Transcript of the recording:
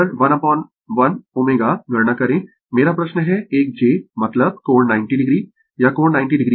XL 1l ω गणना करें मेरा प्रश्न है एक j मतलब कोण 90 o यह कोण 90 o है